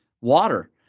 water